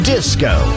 Disco